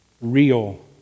real